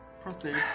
Proceed